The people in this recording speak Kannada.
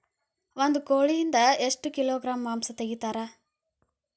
ಒಂದು ಕೋಳಿಯಿಂದ ಎಷ್ಟು ಕಿಲೋಗ್ರಾಂ ಮಾಂಸ ತೆಗಿತಾರ?